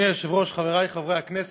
אני נותן לך כרגע עד חמש דקות.